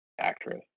actress